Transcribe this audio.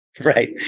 right